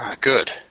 Good